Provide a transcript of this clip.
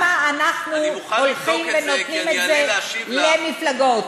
למה אנחנו הולכים ונותנים את זה למפלגות?